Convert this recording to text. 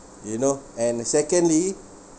you know and secondly